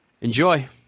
Enjoy